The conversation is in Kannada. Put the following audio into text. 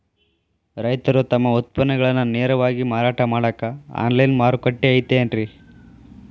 ರೈತರು ತಮ್ಮ ಉತ್ಪನ್ನಗಳನ್ನ ನೇರವಾಗಿ ಮಾರಾಟ ಮಾಡಾಕ ಆನ್ಲೈನ್ ಮಾರುಕಟ್ಟೆ ಐತೇನ್ರಿ?